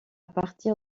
partir